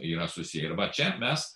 yra susiję ir va čia mes